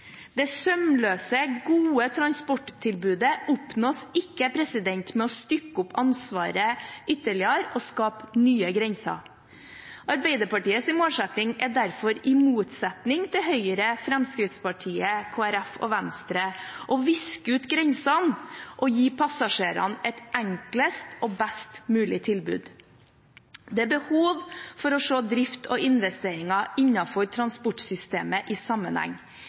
Det sømløse, gode transporttilbudet oppnås ikke ved å stykke opp ansvaret ytterligere og skape nye grenser. Arbeiderpartiets målsetting er derfor, i motsetning til Høyre, Fremskrittspartiet, Kristelig Folkeparti og Venstre, å viske ut grensene og gi passasjerene et enklest og best mulig tilbud. Det er behov for å se drift og investeringer innenfor transportsystemet i sammenheng,